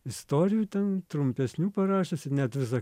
istorijų ten trumpesnių parašiusi net visą